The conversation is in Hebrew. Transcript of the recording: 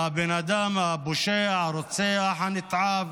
שהבן אדם, הפושע, הרוצח הנתעב,